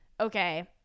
okay